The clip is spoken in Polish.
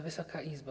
Wysoka Izbo!